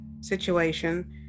situation